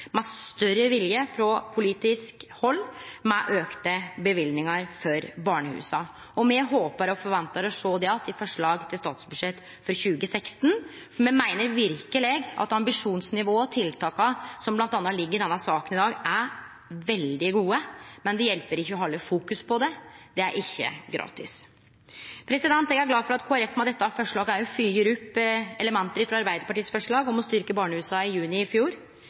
større vilje frå politisk hald med auka løyvingar for barnehusa. Me håpar og forventar å sjå det att i forslaget til statsbudsjett for 2016. Me meiner verkeleg at ambisjonsnivået og tiltaka som bl.a. ligg i saka i dag, er veldig gode, men det hjelper ikkje å ha fokus på det – dette er ikkje gratis. Eg er glad for at Kristeleg Folkeparti med dette forslaget følgjer opp element frå Arbeidarpartiets forslag i juni i fjor om å styrkje barnehusa.